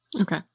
Okay